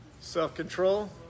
self-control